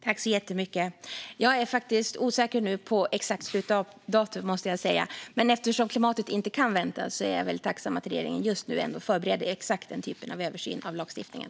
Fru talman! Jag är faktiskt osäker på exakt slutdatum, men eftersom klimatet inte kan vänta är jag tacksam att regeringen just nu förbereder den typen av översyn av lagstiftningen.